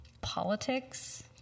politics